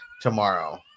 tomorrow